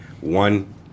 One